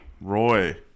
Roy